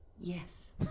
yes